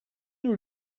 nous